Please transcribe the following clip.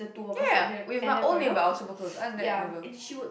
ya with my old neighbour I was super close other than that never